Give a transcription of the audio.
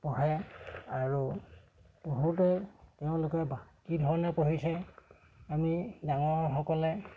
পঢ়ে আৰু পঢ়োঁতে তেওঁলোকে কি ধৰণে পঢ়িছে আমি ডাঙৰসকলে